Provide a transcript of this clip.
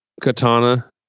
katana